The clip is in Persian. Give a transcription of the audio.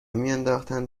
میانداختند